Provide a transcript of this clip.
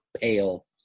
pale